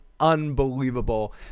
unbelievable